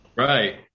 Right